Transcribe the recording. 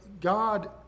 God